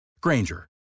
Granger